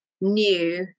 new